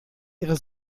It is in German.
ihre